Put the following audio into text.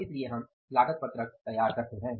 इसलिए हम लागत पत्रक तैयार करते हैं